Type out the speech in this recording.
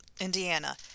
Indiana